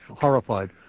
horrified